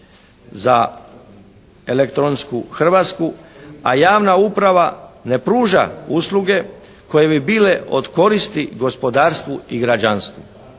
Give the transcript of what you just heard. za elektronsku Hrvatsku, a javna uprava ne pruža usluge koje bi bile od koristi gospodarstvu i građanstvu